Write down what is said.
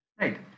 Right